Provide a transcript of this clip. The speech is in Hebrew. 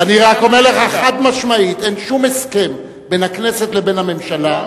אני רק אומר לך חד-משמעית: אין שום הסכם בין הכנסת לבין הממשלה,